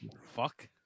Fuck